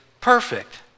perfect